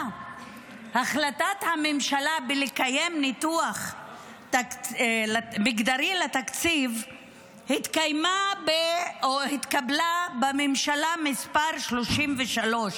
החלטת הממשלה לקיים ניתוח מגדרי לתקציב התקבלה בממשלה השלושים-ושלוש